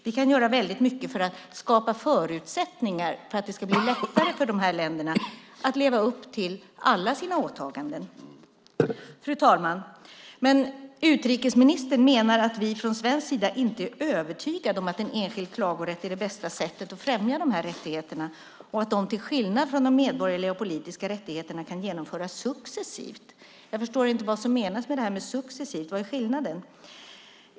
Vi kan göra väldigt mycket för att skapa förutsättningar för att det ska bli lättare för de här länderna att leva upp till alla sina åtaganden. Fru talman! Utrikesministern menar att vi från svensk sida inte är övertygade om att en enskild klagorätt är det bästa sättet att främja de här rättigheterna och att de, till skillnad från de medborgerliga och politiska rättigheterna, kan genomföras successivt. Jag förstår inte vad som menas med det här med "successivt". Vad är skillnaden?